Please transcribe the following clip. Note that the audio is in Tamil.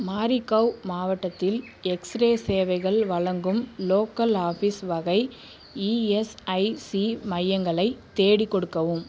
மாரிகவ் மாவட்டத்தில் எக்ஸ் ரே சேவைகள் வழங்கும் லோக்கல் ஆஃபீஸ் வகை இஎஸ்ஐசி மையங்களை தேடிக் கொடுக்கவும்